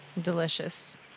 Delicious